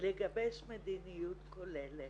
לגבש מדיניות כוללת.